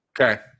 Okay